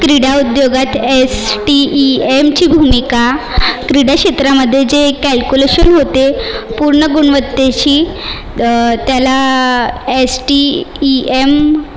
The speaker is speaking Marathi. क्रीडा उद्योगात एस टी ई एमची भूमिका क्रीडा क्षेत्रामध्ये जे कॅलक्युलेशन होते पूर्ण गुणवत्तेशी त्याला एस टी ई एम